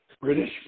British